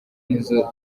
nizo